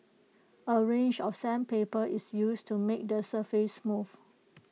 A range of sandpaper is used to make the surface smooth